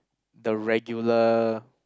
the regular